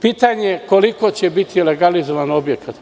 Pitanje - koliko će biti legalizovanih objekata?